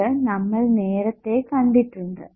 ഇത് നമ്മൾ നേരത്തെ കണ്ടിട്ടുണ്ട്